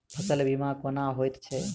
फसल बीमा कोना होइत छै?